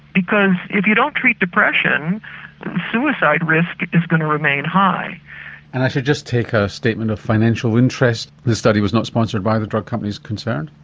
because if you don't treat depression suicide risk is going to remain high. and i should just take a statement of financial interest. this study was not sponsored by the drug companies concerned?